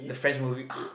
the French movie